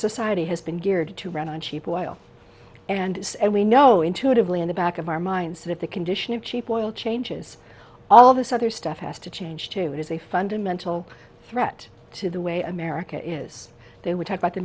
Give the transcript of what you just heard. society has been geared to run on cheap oil and it's and we know intuitively in the back of our minds that the condition of cheap oil changes all this other stuff has to change to it is a fundamental threat to the way america is they would talk about the